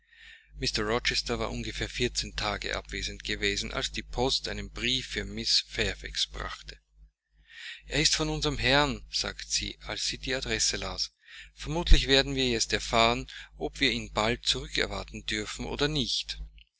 mr rochester war ungefähr vierzehn tage abwesend gewesen als die post einen brief für mrs fairfax brachte er ist von unserem herrn sagte sie als sie die adresse las vermutlich werden wir jetzt erfahren ob wir ihn bald zurückerwarten dürfen oder nicht